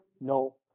no